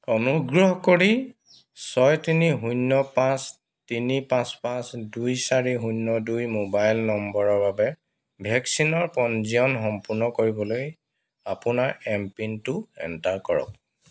অনুগ্ৰহ কৰি ছয় তিনি শূন্য পাঁচ তিনি পাঁচ পাঁচ দুই চাৰি শূন্য দুই মোবাইল নম্বৰৰ বাবে ভেকচিনৰ পঞ্জীয়ন সম্পূৰ্ণ কৰিবলৈ আপোনাৰ এমপিনটো এণ্টাৰ কৰক